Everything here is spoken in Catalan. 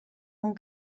amb